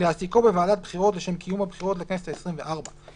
להעסיקו בוועדת בחירות לשם קיום הבחירות לכנסת העשרים וארבע,